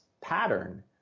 pattern